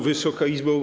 Wysoka Izbo!